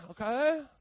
Okay